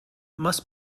must